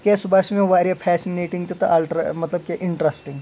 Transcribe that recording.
تِکیازِ سُہ باسیو مےٚ واریاہ فیسنیٹنگ تہِ تہٕ الٹرا مطلب کہِ اِنٛٹرَسٹنٛگ